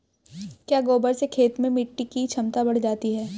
क्या गोबर से खेत में मिटी की क्षमता बढ़ जाती है?